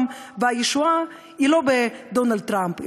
והישועה היא לא אצל דונלד טראמפ,